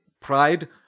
pride